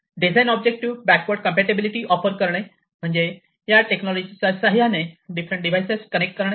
design objective backward compatibility offer करणे म्हणजे या टेक्नॉलॉजीच्या साह्याने डिफरंट डिव्हाइसेस कनेक्ट करणे